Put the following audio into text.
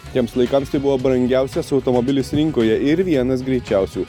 tiems laikams tai buvo brangiausias automobilis rinkoje ir vienas greičiausių